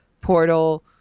portal